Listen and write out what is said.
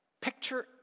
picture